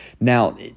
Now